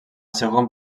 segon